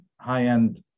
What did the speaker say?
high-end